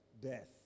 Death